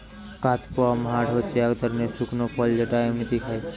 কাদপমহাট হচ্ছে এক ধরনের শুকনো ফল যেটা এমনই খায়